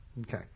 Okay